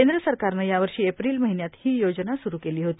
केंद्र सरकारनं यावर्षी एप्रिल महिन्यात ही योजना स्रु केली होती